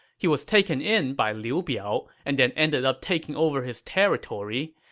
he was taken in by liu biao, and then ended up taking over his territory.